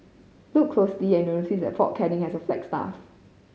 look closely and you'll notice that Fort Canning has a flagstaff